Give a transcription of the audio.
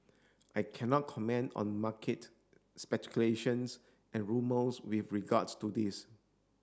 I can not comment on market speculations and rumours with regards to this